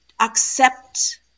accept